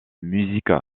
musique